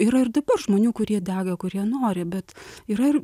yra ir dabar žmonių kurie dega kurie nori bet yra ir